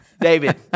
David